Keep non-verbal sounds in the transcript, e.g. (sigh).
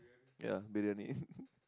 ya Briyani (laughs)